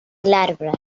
glabres